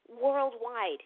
worldwide